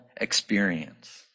experience